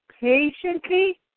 patiently